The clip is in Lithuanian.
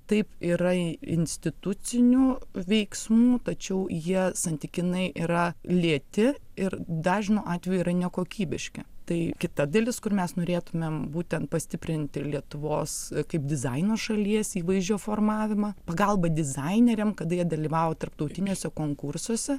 taip yra institucinių veiksmų tačiau jie santykinai yra lėti ir dažnu atveju yra nekokybiški tai kita dalis kur mes norėtumėm būtent pastiprinti lietuvos kaip dizaino šalies įvaizdžio formavimą pagalba dizaineriam kada jie dalyvau tarptautiniuose konkursuose